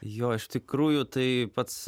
jo iš tikrųjų tai pats